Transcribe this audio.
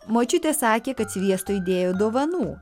močiutė sakė kad sviesto įdėjo dovanų